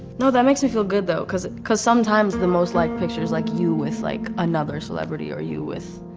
no, that makes me feel good though, because because sometimes the most liked picture's like, you with like, another celebrity or you with